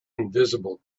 invisible